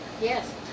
Yes